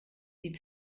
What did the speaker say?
die